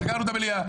סגרנו את המליאה.